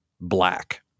black